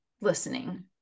listening